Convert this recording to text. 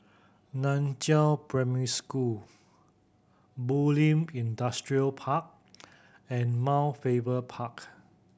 Nan Chiau Primary School Bulim Industrial Park and Mount Faber Park